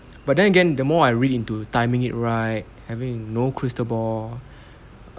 but then again the more I read into timing it right having no crystal ball